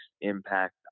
impact